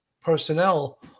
personnel